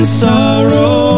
sorrow